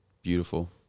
Beautiful